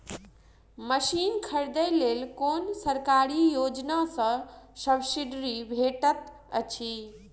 Machine खरीदे लेल कुन सरकारी योजना सऽ सब्सिडी भेटैत अछि?